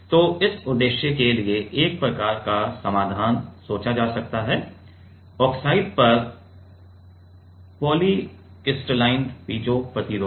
तो इस उद्देश्य के लिए एक प्रकार का समाधान सोचा जा सकता है ऑक्साइड पर पॉलीक्रिस्टलाइन पीजो प्रतिरोधक